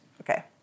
Okay